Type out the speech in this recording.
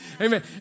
Amen